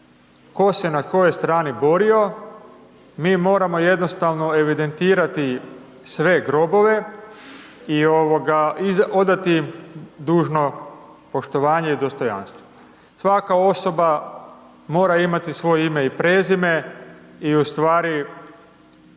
tko se na kojoj strani borio, mi moramo jednostavno evidentirati sve grobove i odati im dužno poštovanje i dostojanstvo. Svaka osoba mora imati svoje ime i prezime i u stvari